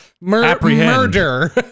Murder